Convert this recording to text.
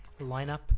lineup